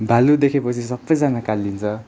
भालु देखेपछि सबैजना कालिन्छ